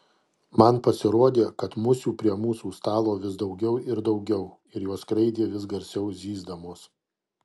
man pasirodė kad musių prie mūsų stalo vis daugiau ir daugiau ir jos skraidė vis garsiau zyzdamos